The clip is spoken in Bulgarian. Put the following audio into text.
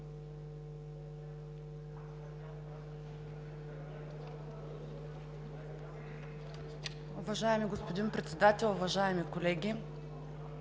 уважаема госпожо Председател. Уважаеми колеги!